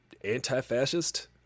anti-fascist